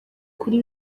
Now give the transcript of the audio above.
kuri